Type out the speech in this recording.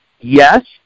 yes